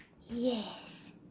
Yes